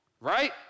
right